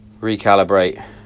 recalibrate